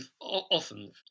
often